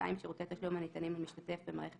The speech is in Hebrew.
(2)שירותי תשלום הניתנים למשתתף במערכת